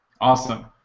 Awesome